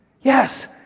Yes